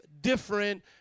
different